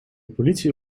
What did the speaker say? politie